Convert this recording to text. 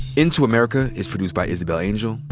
into america is produced by isabel angel,